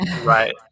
right